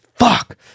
fuck